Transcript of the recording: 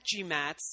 GMATs